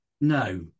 No